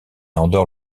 endort